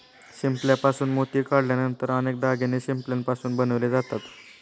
शिंपल्यापासून मोती काढल्यानंतर अनेक दागिने शिंपल्यापासून बनवले जातात